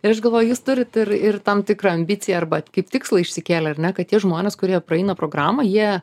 ir aš galvoju jūs turit ir ir tam tikrą ambiciją arba kaip tikslą išsikėlę ar ne kad tie žmonės kurie praeina programą jie